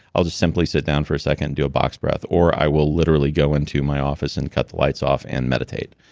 i'll just simply sit down for a second and do a box breath. or, i will literally go into my office and cut the lights off and meditate.